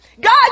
God